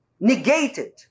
Negated